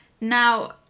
Now